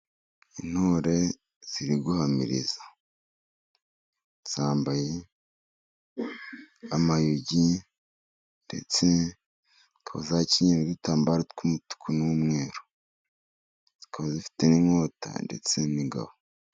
Intore ziri guhamiriza. Zambaye amayugi, ndetse zikaba zakenyeye n'udutambaro tw'umutuku n'umweru. Zikaba zifite n'inkota ndetse n'ingabo.